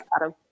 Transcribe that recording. Adam